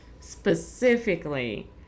specifically